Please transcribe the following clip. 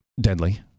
deadly